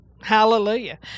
hallelujah